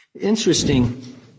Interesting